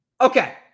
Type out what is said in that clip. Okay